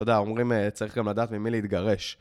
תודה, אומרים צריך גם לדעת ממי להתגרש.